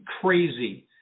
crazy